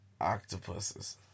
octopuses